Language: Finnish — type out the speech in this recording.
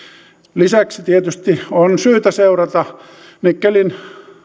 lisäksi tietysti on syytä seurata nikkelin